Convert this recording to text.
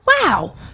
Wow